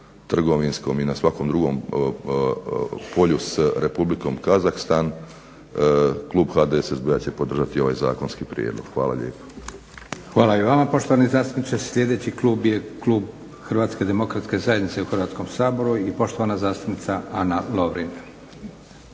na svakom drugom polju s Republikom Kazahstan, klub HDSSB-a će podržati ovaj zakonski prijedlog. Hvala lijepo. **Leko, Josip (SDP)** Hvala i vama poštovani zastupniče. Sljedeći klub je klub HDZ-a u Hrvatskom saboru i poštovana zastupnica Ana Lovrin.